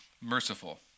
merciful